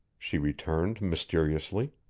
she returned mysteriously.